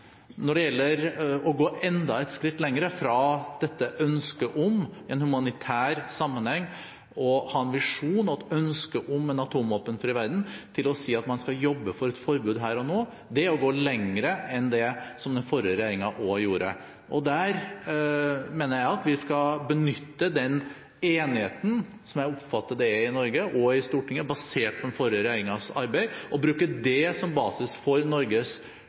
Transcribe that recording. Når det gjelder å gå enda et skritt lenger – fra ønsket om en humanitær sammenheng og ha en visjon og et ønske om en atomvåpenfri verden til å si at man skal jobbe for et forbud her og nå – er det å gå lenger enn det den forrige regjeringen gjorde. Jeg mener at vi skal benytte den enigheten som jeg oppfatter er i Norge og i Stortinget, basert på den forrige regjeringens arbeid, og bruke det som basis for Norges